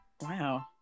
Wow